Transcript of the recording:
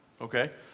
okay